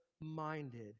minded